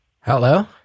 Hello